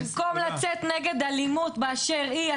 במקום לצאת נגד אלימות באשר היא,